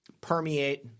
permeate